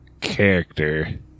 character